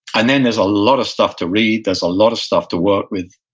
and then there's a lot of stuff to read. there's a lot of stuff to work with.